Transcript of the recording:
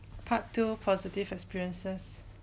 part two positive experiences